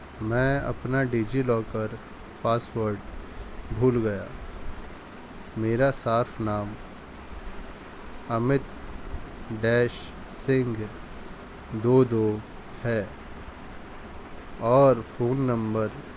میں اپنا DigiLocker password بھول گیا میرا صارف نام امیت ڈیش سنگھ دو دو ہے اور فون نمبر